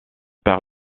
par